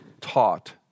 taught